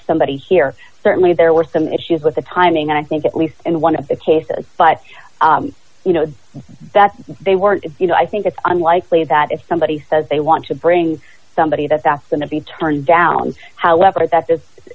somebody here certainly there were some issues with the timing i think at least in one of the cases but you know that they were you know i think it's unlikely that if somebody says they want to bring somebody that's going to be turned down however that